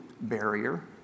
barrier